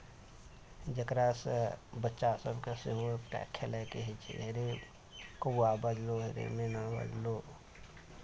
जकरासँ बच्चा सभकेँ सेहो एक टा खेलाइके होइ छै अरे कौआ बाजलौ हे रे मैना बाजलौ